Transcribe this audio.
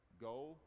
Go